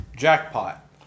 Jackpot